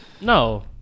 No